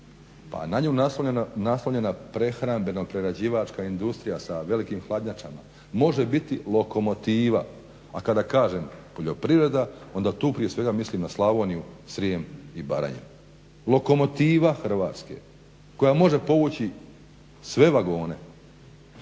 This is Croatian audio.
pa na nju naslonjena prehrambeno-prerađivačka industrija sa velikim hladnjačama može biti lokomotiva, a kada kažem poljoprivreda onda tu prije svega mislim na Slavoniju, Srijem i Baranju. Lokomotiva Hrvatske koja može povući sve vagone